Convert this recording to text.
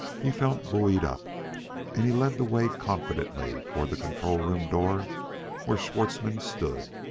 he felt buoyed up and he led the way confidently toward the control-room door where schwartzmann stood.